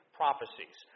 prophecies